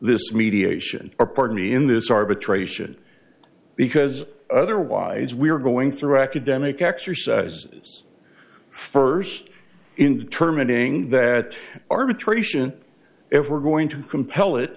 this mediation or pardon me in this arbitration because otherwise we are going through academic exercise first in determining that arbitration if we're going to compel it